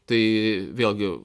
tai vėlgi